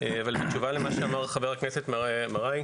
אבל בתשובה למה שאמר חבר הכנסת מרעי,